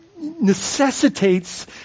Necessitates